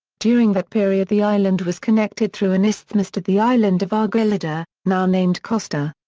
during that period the island was connected through an isthmus to the island of argolida, now named costa.